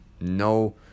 No